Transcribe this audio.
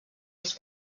als